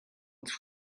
tout